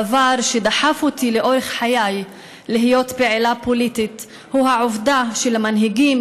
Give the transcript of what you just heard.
הדבר שדחף אותי לאורך חיי להיות פעילה פוליטית הוא העובדה שלמנהיגים,